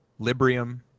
Librium